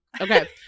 Okay